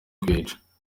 kwica